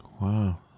Wow